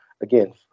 again